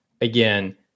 again